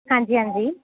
ਹਾਂਜੀ ਹਾਂਜੀ